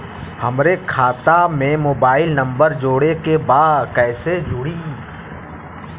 हमारे खाता मे मोबाइल नम्बर जोड़े के बा कैसे जुड़ी?